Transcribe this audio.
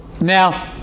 Now